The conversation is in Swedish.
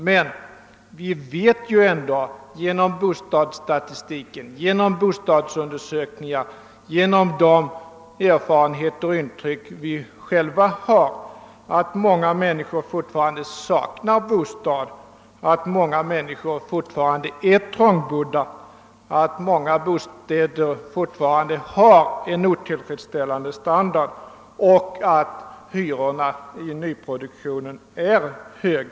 Men vi vet ju ändå genom bostadsstatistik, bostadsundersökningar och genom egna erfarenheter och intryck att många människor fortfarande saknar bostad, att många alltjämt är trångbodda, att många fortfarande har en otillfredsställande standard och att hyrorna i nyproduktionen är höga.